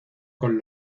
con